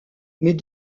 mais